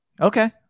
Okay